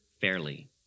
fairly